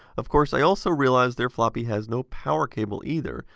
of course, i also realised their floppy has no power cable either,